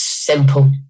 simple